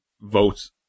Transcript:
votes